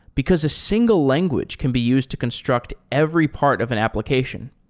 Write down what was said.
because a single language can be used to construct every part of an application.